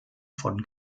von